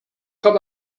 kann